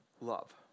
Love